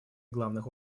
главных